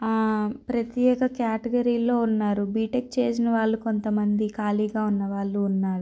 ప్రత్యేక కేటగిరీల్లో ఉన్నారు బీటెక్ చేసిన వాళ్ళు కొంత మంది ఖాళీగా ఉన్న వాళ్ళు ఉన్నారు